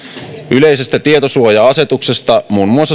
yleisestä tietosuoja asetuksesta